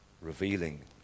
revealing